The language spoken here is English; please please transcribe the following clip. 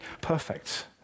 perfect